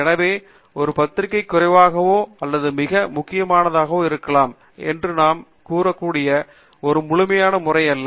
எனவே ஒரு பத்திரிகை குறைவாகவோ அல்லது மிக முக்கியமானதாகவோ இருக்கலாம் என்று நாம் கூறக்கூடிய ஒரு முழுமையான முறை அல்ல